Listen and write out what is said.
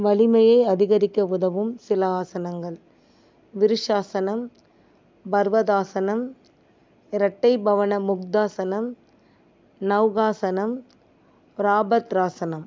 வலிமையை அதிகரிக்க உதவும் சில ஆசனங்கள் விருஷாசனம் பர்வதாசனம் ரெட்டை பவன முக்தாசனம் நௌகாசனம் ராபத்ராசனம்